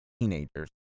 teenagers